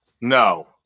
No